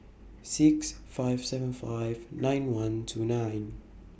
six five seven five nine one two nine